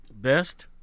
Best